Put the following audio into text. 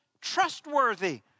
trustworthy